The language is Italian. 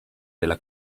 della